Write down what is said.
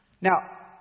Now